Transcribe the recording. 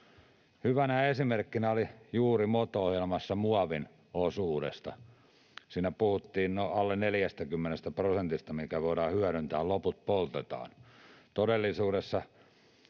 Hyvä esimerkki oli juuri MOT-ohjelmassa muovin osuudesta. Siinä puhuttiin alle 40 prosentista, mikä voidaan hyödyntää, loput poltetaan. Todellisuudessa